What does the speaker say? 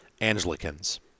Anglicans